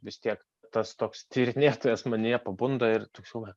vis tiek tas toks tyrinėtojas manyje pabunda ir toks yra